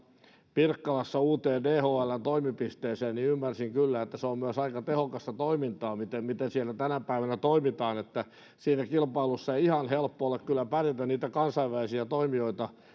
pirkkalassa uuteen dhln toimipisteeseen niin ymmärsin kyllä että se on myös aika tehokasta toimintaa miten siellä tänä päivänä toimitaan siinä kilpailussa ei ihan helppo ole kyllä pärjätä niitä kansainvälisiä toimijoita